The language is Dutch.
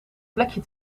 plekje